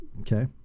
Okay